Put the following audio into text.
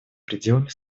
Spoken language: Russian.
пределами